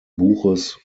buches